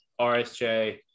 RSJ